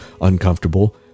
uncomfortable